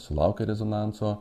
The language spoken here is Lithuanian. sulaukia rezonanso